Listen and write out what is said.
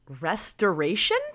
Restoration